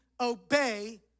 obey